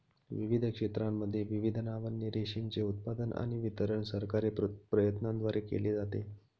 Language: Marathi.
विविध क्षेत्रांमध्ये विविध नावांनी रेशीमचे उत्पादन आणि वितरण सरकारी प्रयत्नांद्वारे केले जाते